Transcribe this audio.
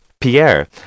Pierre